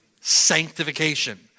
Sanctification